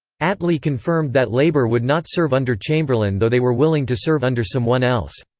attlee confirmed that labour would not serve under chamberlain though they were willing to serve under someone else.